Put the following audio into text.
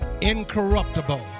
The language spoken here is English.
incorruptible